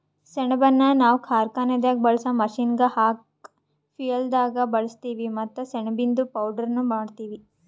ಸೆಣಬನ್ನ ನಾವ್ ಕಾರ್ಖಾನೆದಾಗ್ ಬಳ್ಸಾ ಮಷೀನ್ಗ್ ಹಾಕ ಫ್ಯುಯೆಲ್ದಾಗ್ ಬಳಸ್ತೀವಿ ಮತ್ತ್ ಸೆಣಬಿಂದು ಪೌಡರ್ನು ಮಾಡ್ತೀವಿ